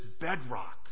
bedrock